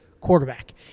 quarterback